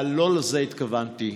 אבל לא לזה התכוונתי.